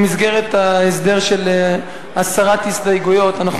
במסגרת ההסדר של הסרת הסתייגויות אנחנו